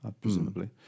presumably